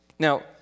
Now